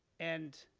and